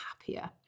happier